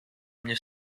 mnie